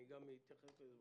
אתייחס לזה